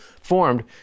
formed